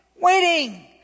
waiting